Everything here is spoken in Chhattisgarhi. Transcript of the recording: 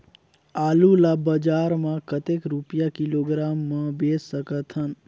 आलू ला बजार मां कतेक रुपिया किलोग्राम म बेच सकथन?